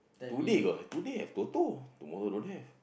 today got today got Toto tomorrow don't have